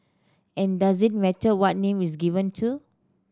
and does it matter what name is given to it